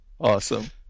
awesome